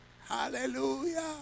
Hallelujah